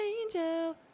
Angel